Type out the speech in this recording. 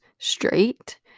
straight